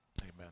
Amen